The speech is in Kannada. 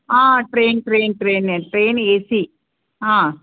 ಹಾಂ ಟ್ರೈನ್ ಟ್ರೈನ್ ಟ್ರೈನೇ ಟ್ರೈನ್ ಏ ಸಿ ಹಾಂ